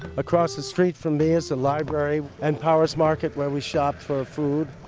across the street from me is the library and powers market where we shopped for food.